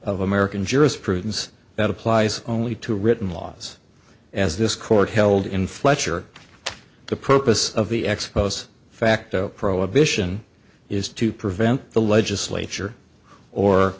of american jurisprudence that applies only to written laws as this court held in fletcher the purpose of the ex post facto prohibition is to prevent the legislature or